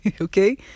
okay